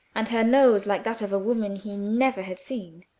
and her nose like that of a woman he never had seen.